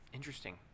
interesting